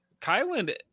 kylan